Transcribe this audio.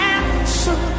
answer